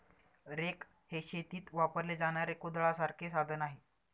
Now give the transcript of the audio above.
rake हे शेतीत वापरले जाणारे कुदळासारखे साधन आहे